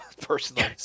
personally